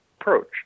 approach